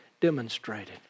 demonstrated